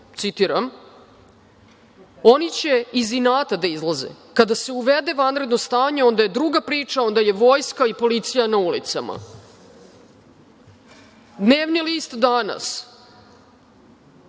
citiram: „Oni će iz inata da izlaze. Kada se uvede vanredno stanje onda je druga priča, onda su vojska i policija na ulicama.“Dnevni list „Danas“: